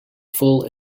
full